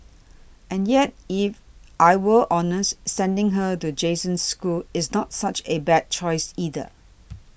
and yet if I were honest sending her to Jason's school is not such a bad choice either